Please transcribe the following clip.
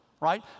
Right